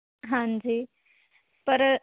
ਹਾਂਜੀ ਪਰ